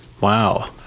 Wow